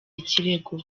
ikirego